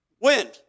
wind